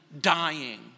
dying